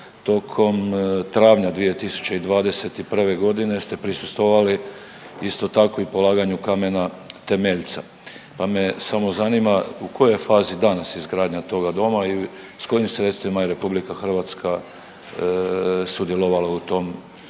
Tokom travnja 2021. g. ste prisustvovali isto tako i polaganju kamena temeljca pa me samo zanima u kojoj je fazi danas izgradnja toga doma i s kojim sredstvima je RH sudjelovala u tom,